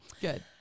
Good